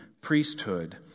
priesthood